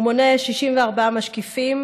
הוא מונה 64 משקיפים,